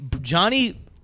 Johnny